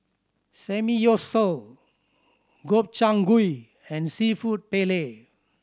Samgyeopsal Gobchang Gui and Seafood Paella